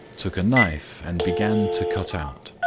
took a knife and began to cut out.